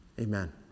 Amen